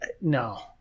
No